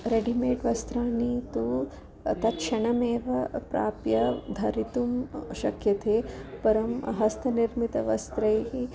readymade वस्त्राणि तु तत्क्षणमेव प्राप्य धरितुं शक्यते परं हस्तनिर्मितवस्त्रैः